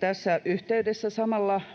tässä yhteydessä samalla —